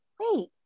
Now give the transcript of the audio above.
wait